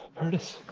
there it is